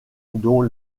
dont